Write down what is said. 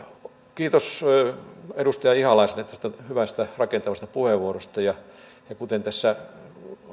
kiitos edustaja ihalaiselle tästä hyvästä rakentavasta puheenvuorosta kuten tässä